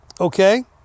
Okay